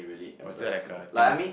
was that like a thing